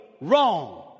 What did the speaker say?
wrong